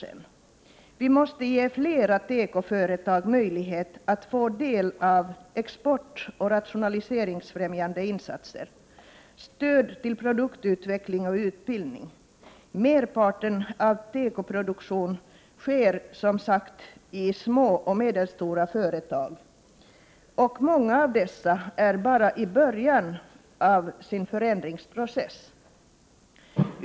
83 Vi måste ge fler tekoföretag möjlighet att få del av exportoch rationalise 16 december 1988 ringsfrämjande insatser samt insatser för att stödja produktutveckling och Merparten av tekoproduktionen sker, som sagt, i små och medelstora företag, och många av dessa är bara i början av sin förändringsprocess.